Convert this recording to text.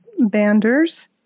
banders